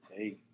Hey